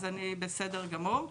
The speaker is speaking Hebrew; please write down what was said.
בסדר גמור,